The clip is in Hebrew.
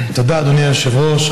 תודה, אדוני היושב-ראש.